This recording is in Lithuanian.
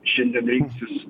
šiandien rinksis